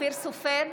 אופיר סופר,